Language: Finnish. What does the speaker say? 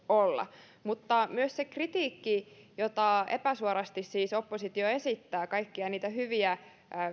olla mutta myös se kritiikki jota oppositio siis epäsuorasti esittää kaikkia niitä hyviä